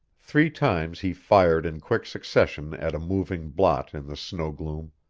three times he fired in quick succession at a moving blot in the snow-gloom,